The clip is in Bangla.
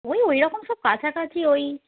ওই ওই রকম সব কাছাকাছি ওই